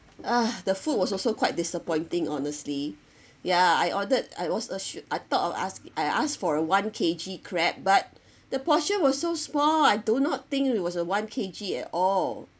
!huh! the food was also quite disappointing honestly ya I ordered I was uh should I thought of asked I asked for a one K_G crab but the portion was so small I do not think it was a one K_G at all